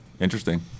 interesting